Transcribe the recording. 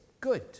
good